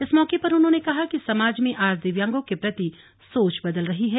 इस मौके पर उन्होंने कहा कि समाज में आज दिव्यांगों के प्रति सोच बदल रही है